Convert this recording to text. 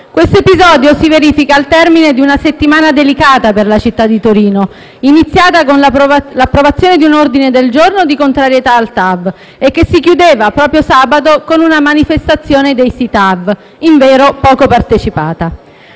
Questo episodio si verifica al termine di una settimana delicata per la città di Torino, iniziata con l'approvazione di un ordine del giorno di contrarietà alla TAV e che si chiudeva proprio sabato con una manifestazione dei Sì TAV, invero poco partecipata.